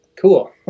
cool